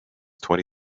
twenty